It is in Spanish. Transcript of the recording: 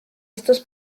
estos